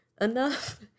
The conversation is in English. enough